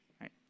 right